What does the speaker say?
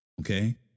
okay